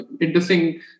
interesting